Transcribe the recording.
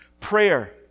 Prayer